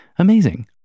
Amazing